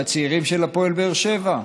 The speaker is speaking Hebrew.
בצעירים של הפועל באר שבע?